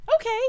okay